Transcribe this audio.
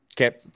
Okay